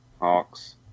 Hawks